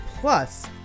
Plus